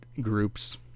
groups